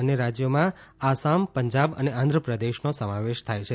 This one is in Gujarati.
અન્ય રાજયોમાં આસામ પંજાબ અને આંધ્રપ્રદેશનો સમાવેશ થાય છે